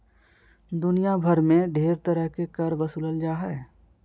दुनिया भर मे ढेर तरह के कर बसूलल जा हय